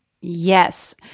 Yes